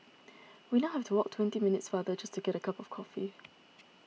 we now have to walk twenty minutes farther just to get a cup of coffee